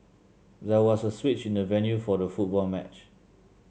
there was a switch in the venue for the football match